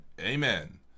Amen